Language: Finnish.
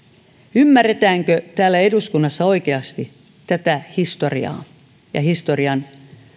ymmärretäänkö täällä eduskunnassa oikeasti tätä historiaa ja historian